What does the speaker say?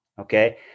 Okay